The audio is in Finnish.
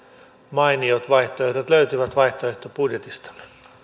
mainiot vaihtoehdot löytyvät vaihtoehtobudjetistamme